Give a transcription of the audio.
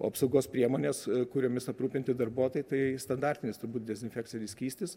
o apsaugos priemonės kuriomis aprūpinti darbuotojai tai standartinis turbūt dezinfekcinis skystis